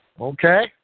okay